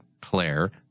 Claire